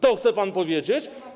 To chce pan powiedzieć?